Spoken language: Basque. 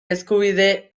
eskubide